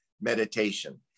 meditation